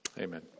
amen